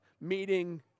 meeting